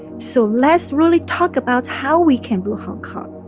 so let's really talk about how we can rule hong kong.